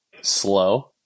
slow